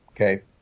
okay